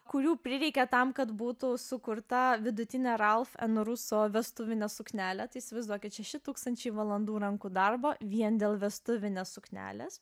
kurių prireikia tam kad būtų sukurta vidutinė ralf en ruso vestuvinė suknelė tai įsivaizduokit šeši tūkstančiai valandų rankų darbo vien dėl vestuvinės suknelės